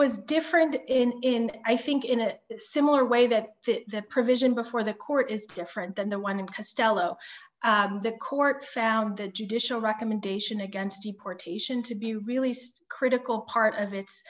was different in and i think in a similar way that the provision before the court is different than the one in castello the court found the judicial recommendation against deportation to be released critical part of its